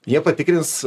jie patikrins